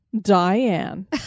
Diane